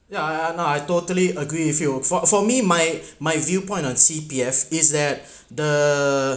yeah yeah no I totally agree with you for for me my my viewpoint on C_P_F is that the